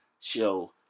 show